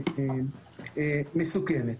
מסוכנת.